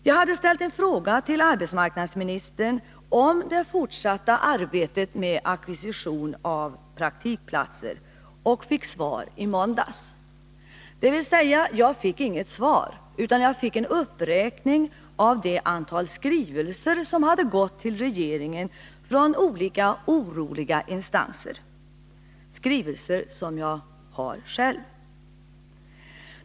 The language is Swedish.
Jag hade ställt en fråga till arbetsmarknadsministern om det fortsatta arbetet med ackvisition av praktikplatser och fick svar i måndags, dvs. jag fick inget svar, utan jag fick en uppräkning av ett antal skrivelser som hade gått till regeringen från olika oroliga instanser — skrivelser som jag har själv.